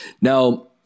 Now